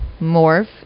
morph